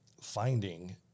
finding